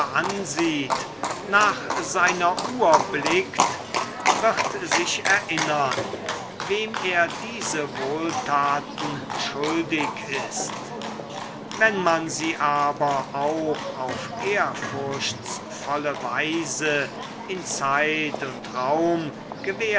ansieht nach seiner uhr blickt wird sich erinnern wem er diese wohltaten schuldig ist wenn man sie aber auch auf ehrfurchtsvolle weise in zeit und raum